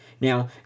Now